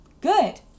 Good